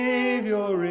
Savior